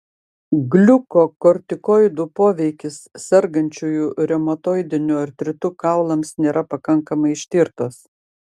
gliukokortikoidų poveikis sergančiųjų reumatoidiniu artritu kaulams nėra pakankamai ištirtas